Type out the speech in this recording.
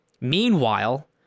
Meanwhile